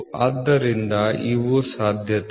ಆದ್ದರಿಂದ ಇವು ಸಾಧ್ಯತೆಗಳು